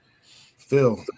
Phil